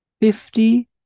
Fifty